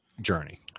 journey